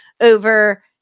over